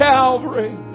Calvary